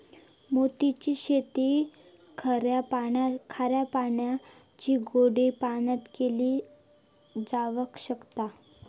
मोती ची शेती खाऱ्या पाण्यासारखीच गोड्या पाण्यातय केली जावक शकता